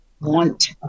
want